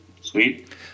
Sweet